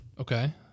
Okay